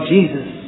Jesus